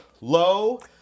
Low